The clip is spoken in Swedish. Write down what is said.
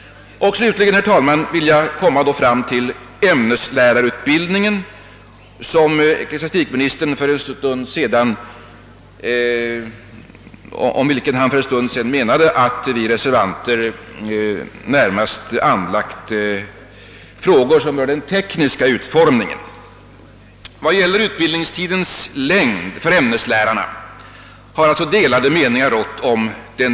Slutligen, herr talman, vill jag beröra ämneslärarutbildningen. Ecklesiastikministern menade för en stund sedan att vi reservanter därvidlag närmast tagit upp frågor som rör den tekniska utformningen. Beträffande utbildningstidens längd för ämneslärarna har sålunda delade meningar rått.